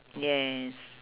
yes